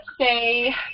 say